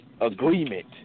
agreement